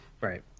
Right